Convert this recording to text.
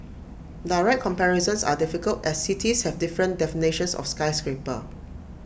direct comparisons are difficult as cities have different definitions of skyscraper